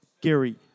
Gary